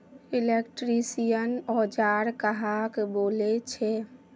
Electrician औजार कहाक बोले छे?